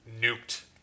nuked